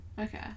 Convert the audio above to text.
Okay